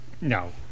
No